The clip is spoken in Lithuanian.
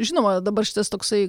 žinoma dabar šitas toksai